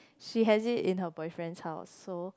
she has it in her boyfriend's house so